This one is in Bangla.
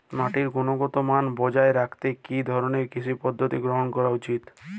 মাটির গুনগতমান বজায় রাখতে কি ধরনের কৃষি পদ্ধতি গ্রহন করা উচিৎ?